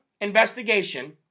investigation